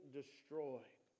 destroyed